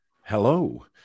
Hello